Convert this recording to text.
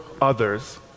others